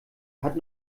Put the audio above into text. hat